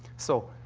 so,